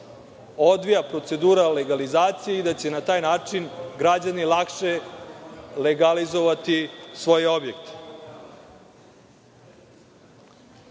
odvija procedura legalizacije i da će na taj način građani lakše legalizovati svoje objekte. Postoji